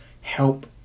help